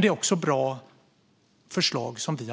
Det är också ett bra förslag som vi,